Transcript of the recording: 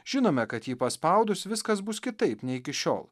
žinome kad jį paspaudus viskas bus kitaip nei iki šiol